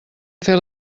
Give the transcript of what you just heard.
fer